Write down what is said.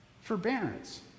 forbearance